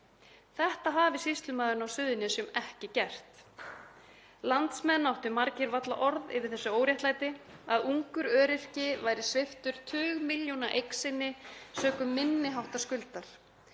Þetta hafði sýslumaðurinn á Suðurnesjum ekki gert. Landsmenn áttu margir varla orð yfir þessu óréttlæti, að ungur öryrki væri sviptur tugmilljóna eign sinni sökum minniháttar skuldar